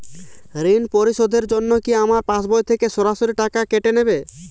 ঋণ পরিশোধের জন্য কি আমার পাশবই থেকে সরাসরি টাকা কেটে নেবে?